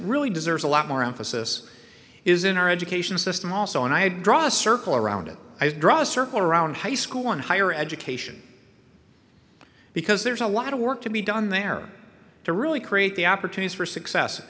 really deserves a lot more emphasis is in our education system also and i draw a circle around it i draw a circle around high school and higher education because there's a lot of work to be done there to really create the opportunity for success